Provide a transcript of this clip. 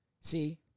See